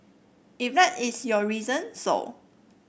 if that is your reason so